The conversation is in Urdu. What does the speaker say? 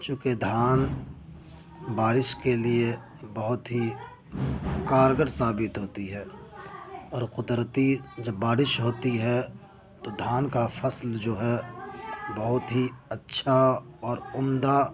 چوں کہ دھان بارش کے لیے بہت ہی کارگر ثابت ہوتی ہے اور قدرتی جب بارش ہوتی ہے تو دھان کا فصل جو ہے بہت ہی اچّھا اور عمدہ